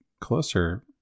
closer